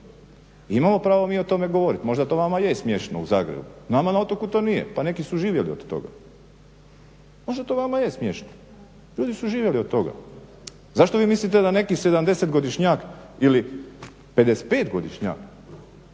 Imamo pravo mi o tome govoriti. Možda to vama je smiješno u Zagrebu, nama na otoku to nije. Pa neki su živjeli od toga. Možda to vama je smiješno, ljudi su živjeli od toga. Zašto vi mislite da neki 70-godišnjak ili 55-godišnjak